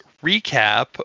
recap